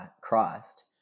Christ